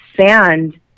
sand